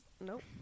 Nope